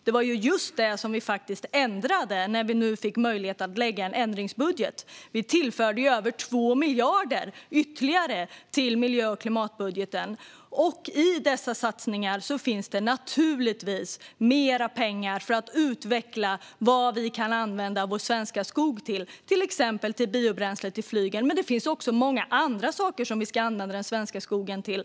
Det var faktiskt just det vi ändrade när vi nu fick möjlighet att lägga fram en ändringsbudget: Vi tillförde över 2 miljarder ytterligare till miljö och klimatbudgeten. I dessa satsningar finns naturligtvis mer pengar till att utveckla vad vi kan använda vår svenska skog till. Det gäller till exempel biobränsle till flyget, men det finns också många andra saker som vi ska använda den svenska skogen till.